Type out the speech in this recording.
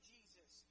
Jesus